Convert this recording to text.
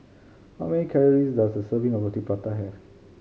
how many calories does a serving of Roti Prata have